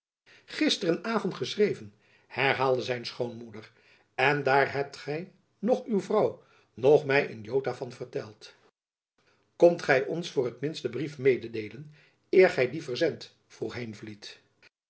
avond geschreven herhaalde zijn schoonmoeder en daar hebt gy noch uw vrouw my een iota van verteld komt gy ons voor t minst den brief mededeelen eer gy dien verzendt vroeg heenvliet